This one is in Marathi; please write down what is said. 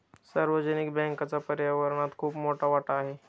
सार्वजनिक बँकेचा पर्यावरणात खूप मोठा वाटा आहे